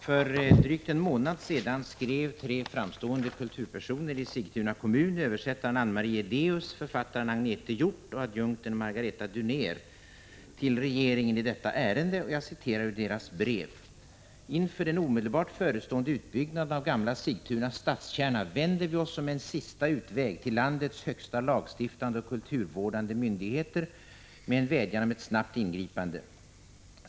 För drygt en månad sedan skrev tre framstående kulturpersoner i Sigtuna kommun, översättaren Anne Marie Edéus, författaren Agnete Hjorth och adjunkten Margareta Dunér, till regeringen i detta ärende, och jag citerar ur deras brev: ”Inför den omedelbart förestående utbyggnaden av gamla Sigtunas stadskärna vänder vi oss som en sista utväg till landets högsta lagstiftande och kulturvårdande myndigheter med en vädjan om ett snabbt ingripande.